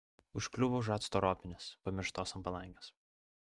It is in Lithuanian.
užkliuvo už acto ropinės pamirštos ant palangės